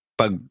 pag